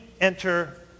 enter